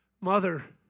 mother